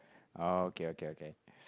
oh okay okay okay